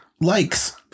Likes